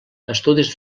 estudis